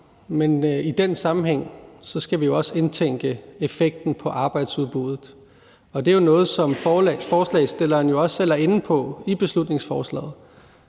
men i den sammenhæng skal vi jo også indtænke effekten på arbejdsudbuddet, og det er noget, som forslagsstillerne også selv er inde på i beslutningsforslaget.